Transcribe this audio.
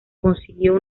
consiguió